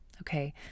Okay